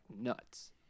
nuts